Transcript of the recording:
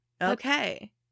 okay